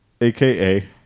aka